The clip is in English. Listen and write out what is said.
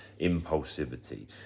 impulsivity